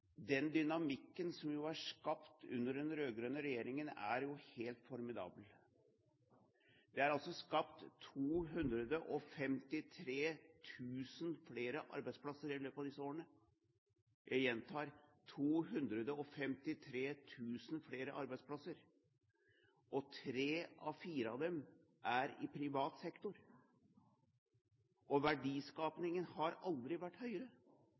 den dynamikken som jo er skapt under den rød-grønne regjeringen, er helt formidabel. Det er altså skapt 253 000 flere arbeidsplasser i løpet av disse årene – jeg gjentar: 253 000 flere arbeidsplasser. Tre av fire av dem er i privat sektor. Verdiskapingen har aldri vært høyere,